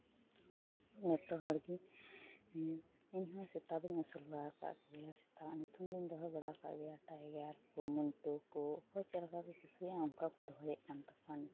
ᱡᱚᱛᱚ ᱦᱚᱲᱜᱮ ᱤᱧᱦᱚᱸ ᱥᱮᱛᱟ ᱫᱩᱧ ᱟᱹᱥᱩᱞ ᱵᱟᱲᱟ ᱟᱠᱟᱫ ᱠᱚᱜᱮᱭᱟ ᱥᱮᱛᱟᱣᱟᱜ ᱧᱩᱛᱩᱢ ᱫᱚᱧ ᱫᱚᱦᱚ ᱵᱟᱲᱟᱣ ᱠᱟᱜ ᱜᱮᱭᱟ ᱴᱟᱭᱜᱟᱨ ᱢᱚᱱᱴᱩ ᱠᱚ ᱚᱠᱚᱭ ᱪᱮᱫ ᱞᱮᱠᱟ ᱠᱚ ᱠᱩᱥᱤᱭᱟᱜᱼᱟ ᱚᱝᱠᱟ ᱠᱚ ᱫᱚᱦᱚᱭᱮᱫ ᱠᱟᱱ ᱛᱟᱠᱚᱣᱟ